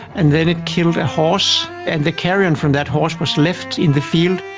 and then it killed a horse and the carrion from that horse was left in the field.